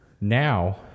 Now